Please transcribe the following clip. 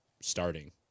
starting